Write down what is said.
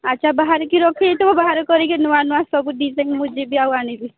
ଆଚ୍ଛା ବାହାରିକି ରଖିଦେଇଥିବ ବାହାର କରିକି ନୂଆ ନୂଆ ସବୁ ଡିଜାଇନ୍ ମୁଁ ଯିବି ଆଉ ଆଣିବି